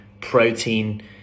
protein